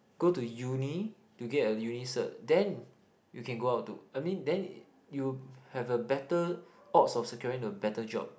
go to uni to get a uni cert then you can go out to I mean then you have a better odds of securing a better job